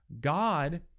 God